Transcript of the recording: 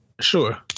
Sure